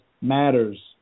Matters